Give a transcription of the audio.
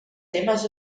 temes